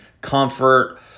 comfort